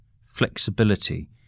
flexibility